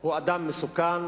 הוא אדם מסוכן.